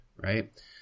right